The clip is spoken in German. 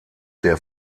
der